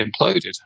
imploded